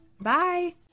Bye